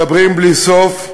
מדברים בלי סוף,